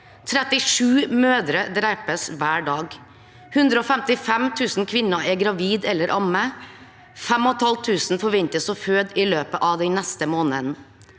37 mødre drepes hver dag. 155 000 kvinner er gravide eller ammer. 5 500 forventes å føde i løpet av den neste måneden.